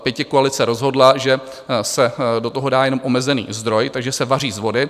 Pětikoalice rozhodla, že se do toho dá jenom omezený zdroj, takže se vaří z vody.